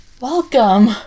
welcome